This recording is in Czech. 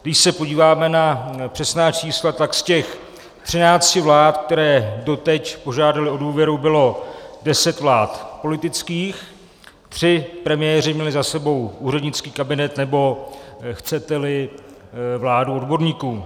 Když se podíváme na přesná čísla, tak z těch třinácti vlád, které doteď požádaly o důvěru, bylo deset vlád politických, tři premiéři měli za sebou úřednický kabinet, nebo, chceteli, vládu odborníků.